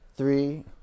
Three